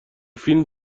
فیلم